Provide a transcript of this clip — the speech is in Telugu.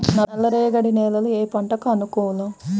నల్ల రేగడి నేలలు ఏ పంటకు అనుకూలం?